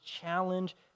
challenge